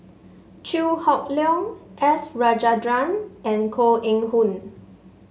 Chew Hock Leong S Rajendran and Koh Eng Hoon